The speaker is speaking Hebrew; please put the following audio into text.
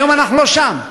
היום אנחנו לא שם.